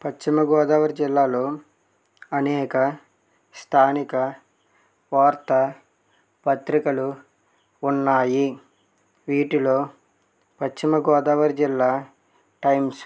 పశ్చిమగోదావరి జిల్లాలో అనేక స్థానిక వార్తా పత్రికలు ఉన్నాయి వీటిలో పశ్చిమ గోదావరి జిల్లా టైమ్స్